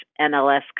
NLS